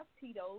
tito